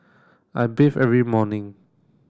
I bathe every morning